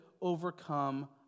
overcome